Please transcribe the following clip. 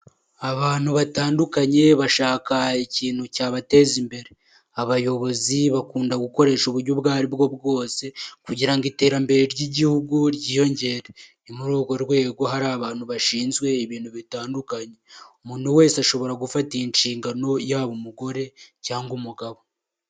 Abantu batandukanye bashaka ikintu cyabateza imbere, abayobozi bakunda gukoresha uburyo ubwo ari bwo bwose kugira ngo iterambere ry'igihugu ryiyongere, ni muri urwo rwego hari abantu bashinzwe ibintu bitandukanye umuntu wese ashobora gufata inshingano yaba umugore cyangwa umugabo.